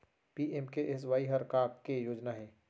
PMKSY हर का के योजना हे?